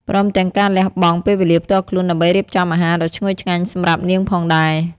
ព្រមទាំងការលះបង់ពេលវេលាផ្ទាល់ខ្លួនដើម្បីរៀបចំអាហារដ៏ឈ្ងុយឆ្ងាញ់សម្រាប់នាងផងដែរ។